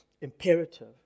imperative